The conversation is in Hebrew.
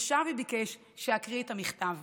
ושב וביקש שאקריא את המכתב,